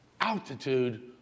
altitude